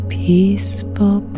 peaceful